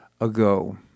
ago